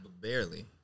Barely